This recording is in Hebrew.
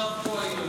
ישב פה היום,